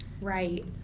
right